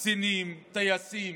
קצינים, טייסים,